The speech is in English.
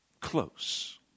close